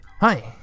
Hi